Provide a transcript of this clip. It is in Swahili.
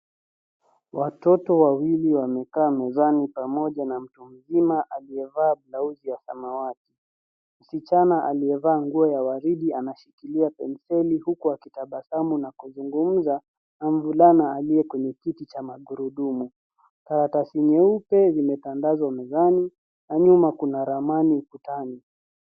Watoto wawili wamekaa mezani pamoja na mtu mzima aliyevaa blausi ya samawati. Msichana, aliyevaa nguo ya waridi anashikilia penseli huku akitabasamu na kuzungumza, na mvulana aliye kwenye kiti cha magurudumu. Karatasi nyeupe zimetandazwa mezani, na nyuma kuna ramani ukutani.